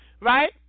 right